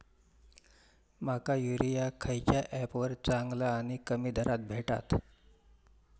माका युरिया खयच्या ऍपवर चांगला आणि कमी दरात भेटात?